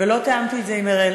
ולא תיאמתי את זה עם אראל.